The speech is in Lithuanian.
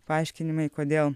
paaiškinimai kodėl